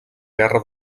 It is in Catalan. guerra